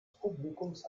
publikums